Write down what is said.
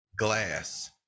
glass